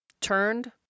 turned